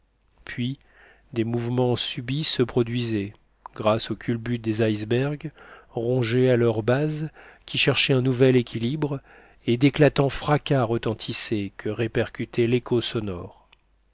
puis des mouvements subits se produisaient grâce aux culbutes des icebergs rongés à leur base qui cherchaient un nouvel équilibre et d'éclatants fracas retentissaient que répercutait l'écho sonore